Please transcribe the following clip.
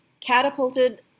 catapulted